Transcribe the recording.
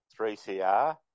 3CR